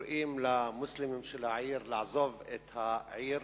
קוראים למוסלמים של העיר לעזוב את העיר.